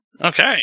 Okay